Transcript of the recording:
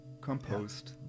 composed